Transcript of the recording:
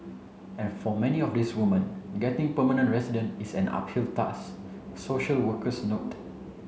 and for many of these women getting permanent residence is an uphill task social workers note